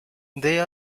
they